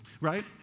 right